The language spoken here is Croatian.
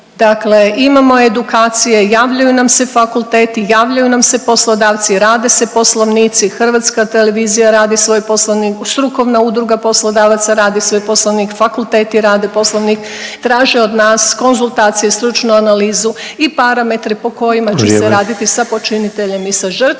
Dakle, imamo edukacije, javljaju nam se fakulteti, javljaju nam se poslodavci, rade se poslovnici, Hrvatska televizija radi svoj poslovnik, Strukovna udruga poslodavaca radi svoj poslovnik, fakulteti rade poslovnik, traže od nas konzultacije, stručnu analizu i parametre po kojima će se raditi…/Upadica Sanader: